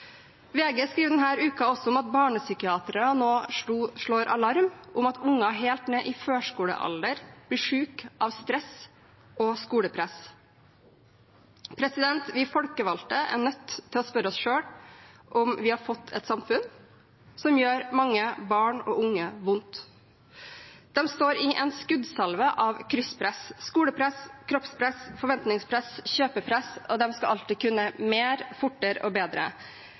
VG skriver denne uken også om at barnepsykiatere nå slår alarm om at barn helt nede i førskolealder blir syke av stress og skolepress. Vi folkevalgte er nødt til å spørre oss selv om vi har fått et samfunn som gjør mange barn og unge vondt. De står i en skuddsalve av krysspress – skolepress, kroppspress, forventningspress, kjøpepress – og de skal alltid kunne mer, fortere og bedre.